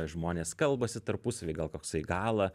žmonės kalbasi tarpusavy gal koksai gala